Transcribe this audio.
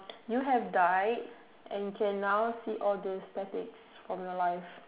you have died and can now see all the statics from your life